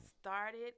started